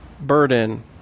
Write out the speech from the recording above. burden